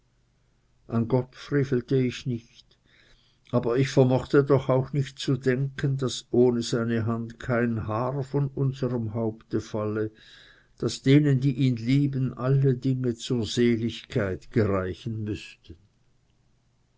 an gott frevelte ich nicht aber ich vermochte doch auch nicht zu denken daß ohne seine hand kein haar von unserm haupte falle daß denen die ihn lieben alle dinge zur seligkeit gereichen müßten